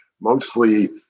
mostly